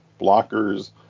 blockers